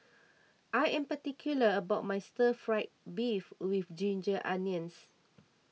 I am particular about my Stir Fried Beef with Ginger Onions